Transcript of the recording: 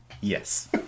Yes